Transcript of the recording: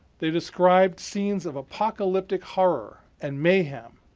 they described scenes of apocalyptic horror and mayhem,